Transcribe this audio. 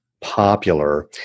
popular